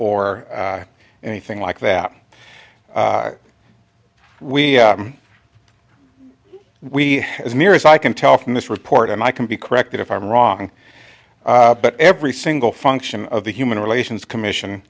or anything like that we we as near as i can tell from this report and i can be corrected if i'm wrong but every single function of the human relations commission